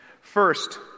First